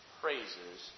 praises